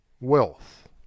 Wealth